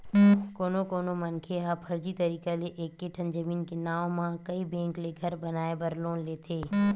कोनो कोनो मनखे ह फरजी तरीका ले एके ठन जमीन के नांव म कइ बेंक ले घर बनाए बर लोन लेथे